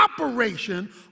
operation